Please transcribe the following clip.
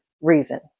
reason